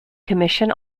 commission